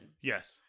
Yes